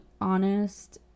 honest